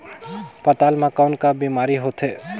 पातल म कौन का बीमारी होथे?